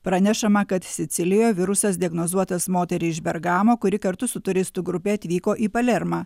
pranešama kad sicilijoje virusas diagnozuotas moteriai iš bergamo kuri kartu su turistų grupe atvyko į palermą